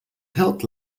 hilt